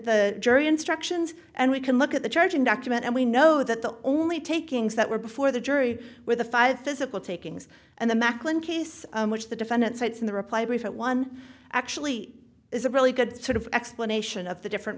the jury instructions and we can look at the charging document and we know that the only takings that were before the jury were the five physical takings and the maclin case which the defendant cites in the reply brief at one actually is a really good sort of explanation of the different